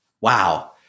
wow